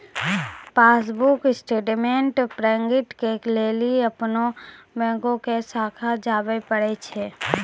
passbook statement printing के लेली अपनो बैंको के शाखा जाबे परै छै